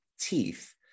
teeth